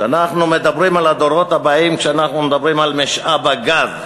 כשאנחנו מדברים על הדורות הבאים כשאנחנו מדברים על משאב הגז,